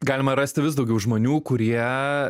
galima rasti vis daugiau žmonių kurie